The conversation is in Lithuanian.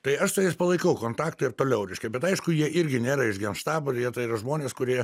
tai aš su jais palaikau kontaktą ir toliau reiškia bet aišku jie irgi nėra iš genštabo ir jie tai yra žmonės kurie